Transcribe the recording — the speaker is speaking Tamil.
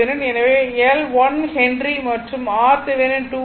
எனவே L 1 ஹென்றி மற்றும் RThevenin 2 Ω